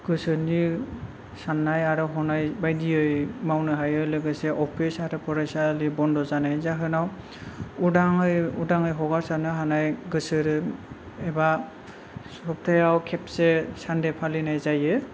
गोसोनि साननाय आरो हनाय बायदियै मावनो हायो लोगोसे अफिस आरो फरायसालि बन्द' जानायनि जाहोनाव उदाङै हगारसारनो हानाय गोसो एबा सप्तायाव खेबसे सान्दे फालिनाय जायो